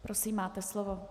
Prosím, máte slovo.